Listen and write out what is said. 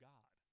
God